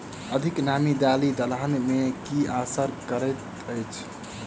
अधिक नामी दालि दलहन मे की असर करैत अछि?